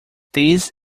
these